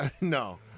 no